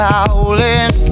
Howling